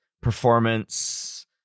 performance